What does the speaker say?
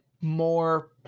more